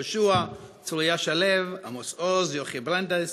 יהושע, צרויה שלו, עמוס עוז, יוכי ברנדס,